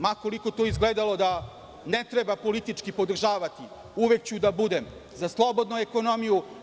Ma koliko to izgledalo da ne treba politički podržavati, uvek ću da budem za slobodnu ekonomiju.